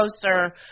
closer